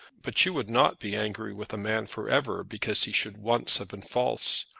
but you would not be angry with a man for ever, because he should once have been false?